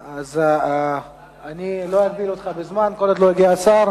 אז אני לא אגביל אותך בזמן, כל עוד לא הגיע השר.